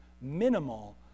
minimal